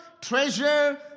treasure